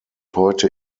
heute